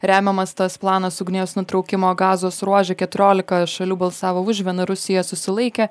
remiamas tas planas ugnies nutraukimo gazos ruože keturiolika šalių balsavo už viena rusija susilaikė